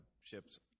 ships